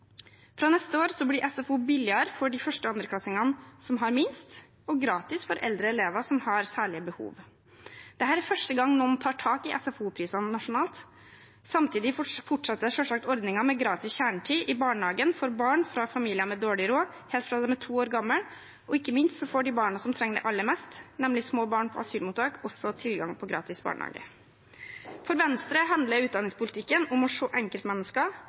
Fra neste år blir SFO billigere for de 1.- og 2.-klassingene som har minst, og gratis for eldre elever som har særlige behov. Dette er første gang noen tar tak i SFO-prisene nasjonalt. Samtidig fortsetter selvsagt ordningen med gratis kjernetid i barnehagen for barn fra familier med dårlig råd, helt fra de er to år gamle. Ikke minst får de barna som trenger det aller mest, nemlig små barn på asylmottak, også tilgang på gratis barnehage. For Venstre handler utdanningspolitikken om å se enkeltmennesker